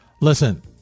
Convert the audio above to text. Listen